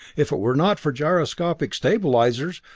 if it were not for gyroscopic stabilizers,